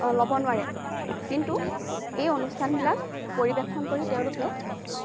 ল'ব নোৱাৰে কিন্তু এই অনুষ্ঠানবিলাক পৰিৱেশন কৰি তেওঁলোকে